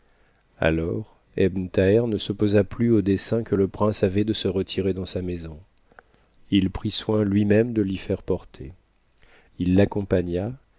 alors ebn thaher ne s'opposa plus au dessein que le prince avait de se retirer dans sa maison il prit soin lui-même de l'y faire porter il l'accompagna